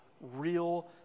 real